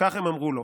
הם אמרו לו.